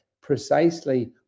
precisely